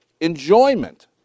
enjoyment